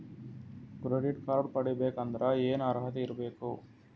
Credit card ಪಡಿಬೇಕಂದರ ಏನ ಅರ್ಹತಿ ಇರಬೇಕು?